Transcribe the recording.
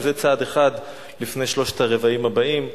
וזה צעד אחד לפני שלושת-הרבעים הבאים,